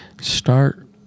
Start